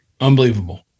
Unbelievable